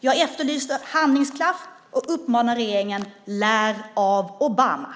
Jag efterlyste handlingskraft och uppmanar regeringen: Lär av Obama!